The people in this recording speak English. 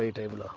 david ah